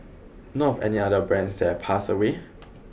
know of any other brands that have passed away